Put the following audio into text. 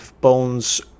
bones